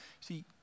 See